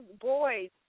boys